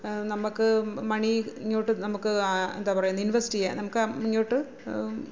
നമുക്ക് മണി ഇങ്ങോട്ട് നമുക്ക് എന്താ പറയുന്നത് ഇൻവെസ്റ്റ് ചെയ്യാൻ നമുക്ക് ആ ഇങ്ങോട്ട്